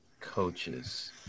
Coaches